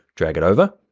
drag it over.